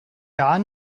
gar